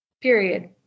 period